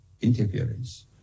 interference